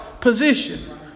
position